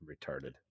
retarded